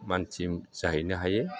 मानसि जाहैनो हायो